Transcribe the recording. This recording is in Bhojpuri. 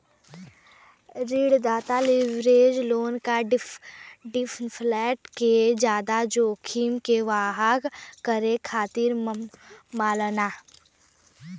ऋणदाता लीवरेज लोन क डिफ़ॉल्ट के जादा जोखिम के वहन करे खातिर मानला